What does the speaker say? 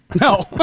no